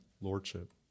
Lordship